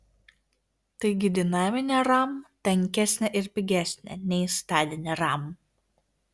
taigi dinaminė ram tankesnė ir pigesnė nei statinė ram